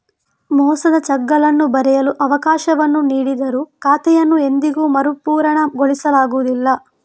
ಮೋಸದ ಚೆಕ್ಗಳನ್ನು ಬರೆಯಲು ಅವಕಾಶವನ್ನು ನೀಡಿದರೂ ಖಾತೆಯನ್ನು ಎಂದಿಗೂ ಮರುಪೂರಣಗೊಳಿಸಲಾಗುವುದಿಲ್ಲ